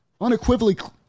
unequivocally